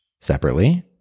Separately